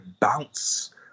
bounce